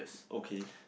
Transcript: okay